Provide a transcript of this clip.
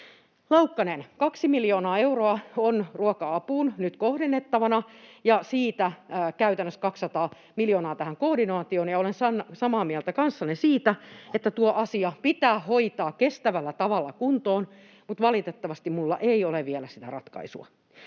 Laukkanen, 2 miljoonaa euroa on ruoka-apuun nyt kohdennettavana ja siitä käytännössä 200 miljoonaa tähän koordinaatioon. Ja olen samaa mieltä kanssanne siitä, että tuo asia pitää hoitaa kestävällä tavalla kuntoon, mutta valitettavasti minulla ei ole vielä sitä ratkaisua.